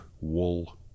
wool